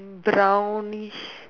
brownish